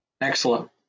excellent